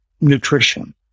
nutrition